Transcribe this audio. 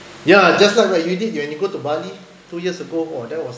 yeah just like what you did when you go to bali two years ago !wah! that was